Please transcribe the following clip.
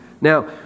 Now